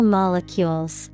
molecules